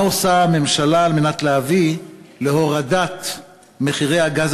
מה עושה הממשלה על מנת להביא להורדת מחירי הגז